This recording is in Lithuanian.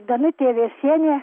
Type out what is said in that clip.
danutė vėsienė